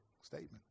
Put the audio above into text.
statement